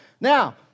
Now